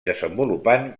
desenvolupant